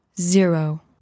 zero